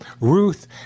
Ruth